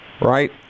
right